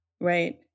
Right